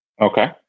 Okay